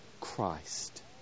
Christ